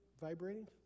vibrating